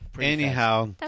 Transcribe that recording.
Anyhow